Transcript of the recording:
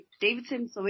Davidson